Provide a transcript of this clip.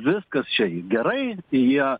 viskas čia gerai jie